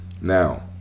Now